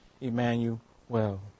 Emmanuel